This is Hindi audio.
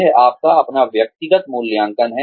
यह आपका अपना व्यक्तिगत मूल्यांकन है